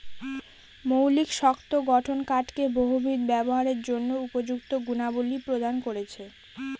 মৌলিক শক্ত গঠন কাঠকে বহুবিধ ব্যবহারের জন্য উপযুক্ত গুণাবলী প্রদান করেছে